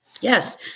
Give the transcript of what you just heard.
Yes